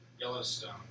Yellowstone